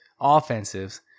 offensives